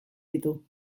ditu